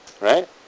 Right